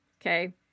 okay